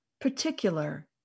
particular